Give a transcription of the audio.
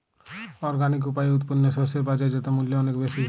organic উপায়ে উৎপন্ন শস্য এর বাজারজাত মূল্য অনেক বেশি